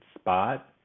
spot